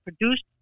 produced